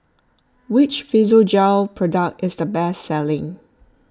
which Physiogel product is the best selling